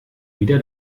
wieder